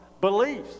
beliefs